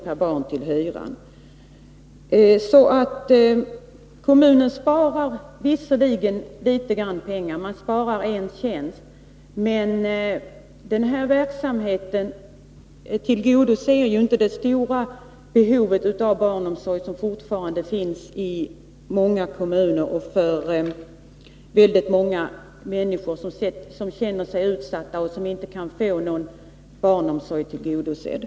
per barn till hyran. Kommunen sparar visserligen litet pengar — motsvarande en tjänst — men verksamheten tillgodoser inte det stora behov av barnomsorg som fortfarande finns i många kommuner och för väldigt många människor som känner sig utsatta och som inte kan få sitt barnomsorgsbehov tillgodosett.